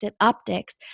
Optics